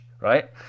right